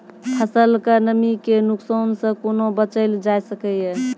फसलक नमी के नुकसान सॅ कुना बचैल जाय सकै ये?